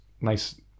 nice